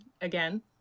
again